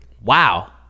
Wow